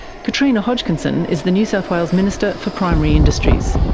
katrina hodgkinson is the new south wales minister for primary industries.